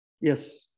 Yes